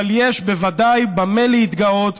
אבל יש בוודאי במה להתגאות,